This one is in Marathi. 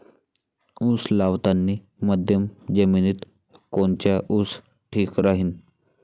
उस लावतानी मध्यम जमिनीत कोनचा ऊस ठीक राहीन?